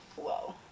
Whoa